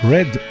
Red